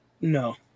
No